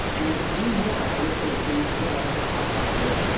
and do more i would think than twelve drop off boxes.